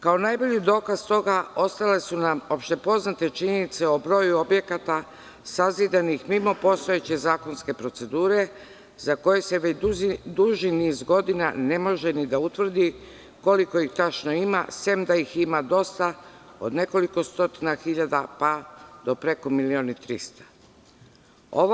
Kao najbolji dokaz toga ostale su nam opšte poznate činjenice o broju objekata sazidanih mimo postojeće zakonske procedure, za koje se već duži niz godina ne može ni da utvrdi koliko ih tačno ima, sem da ih ima dosta, od nekoliko stotina hiljada, pa do preko milion i 300 hiljada.